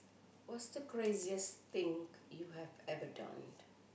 what's the craziest thing you have ever done